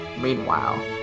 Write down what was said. Meanwhile